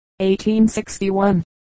1861